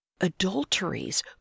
adulteries